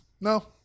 no